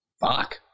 Fuck